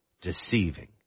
deceiving